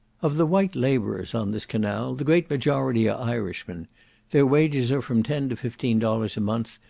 of the white labourers on this canal, the great majority are irishmen their wages are from ten to fifteen dollars a month,